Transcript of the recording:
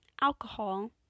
alcohol